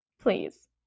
Please